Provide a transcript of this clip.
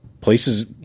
places